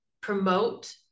promote